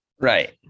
Right